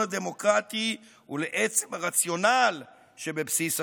הדמוקרטי ולעצם הרציונל שבבסיס השיטה.